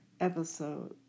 episode